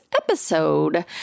episode